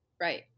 Right